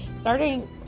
starting